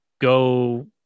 go